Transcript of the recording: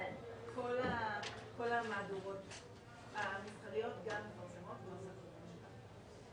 כל המהדורות המסחריות גם מתפרסמות בנוסח משולב.